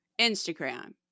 Instagram